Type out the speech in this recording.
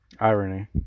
Irony